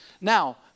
Now